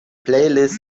playlists